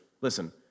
Listen